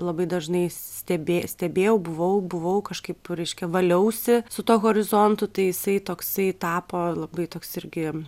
labai dažnai stebė stebėjau buvau buvau kažkaip reiškia valiausi su tuo horizontu tai jisai toksai tapo labai toks irgi